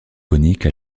conique